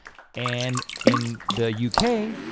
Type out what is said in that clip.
and in the u k.